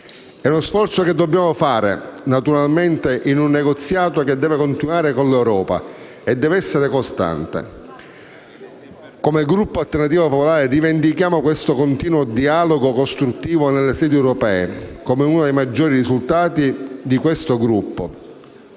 È uno sforzo che dobbiamo sostenere, naturalmente in un negoziato che deve continuare con l'Europa e deve essere costante. Come Gruppo Alternativa Popolare, rivendichiamo il continuo dialogo costruttivo nelle sedi europee come uno dei maggiori risultati di questo Gruppo,